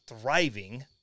thriving